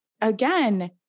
again